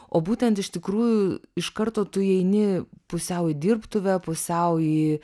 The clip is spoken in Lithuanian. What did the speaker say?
o būtent iš tikrųjų iš karto tu eini pusiau į dirbtuvę pusiau į